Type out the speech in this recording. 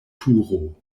turo